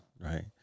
right